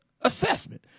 assessment